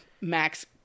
max